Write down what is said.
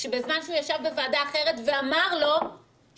בזמן שהוא ישב בוועדה אחרת ואמר שאנחנו